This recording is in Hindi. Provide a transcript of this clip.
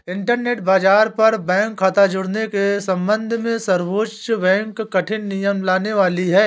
इंटरनेट बाज़ार पर बैंक खता जुड़ने के सम्बन्ध में सर्वोच्च बैंक कठिन नियम लाने वाली है